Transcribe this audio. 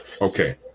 okay